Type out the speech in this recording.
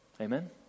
Amen